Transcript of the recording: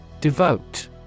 Devote